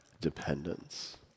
dependence